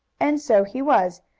and so he was!